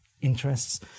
interests